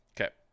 Okay